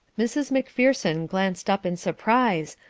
mrs. macpherson glanced up in surprise,